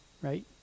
Right